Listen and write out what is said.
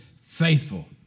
faithful